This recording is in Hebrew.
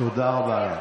תודה רבה לך.